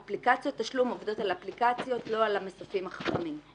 התשלום עובד על אפליקציות ולא על המסופים החכמים.